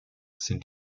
sind